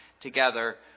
together